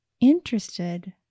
interested